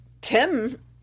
Tim